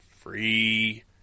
free